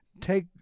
take